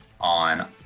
on